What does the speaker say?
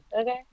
okay